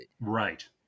Right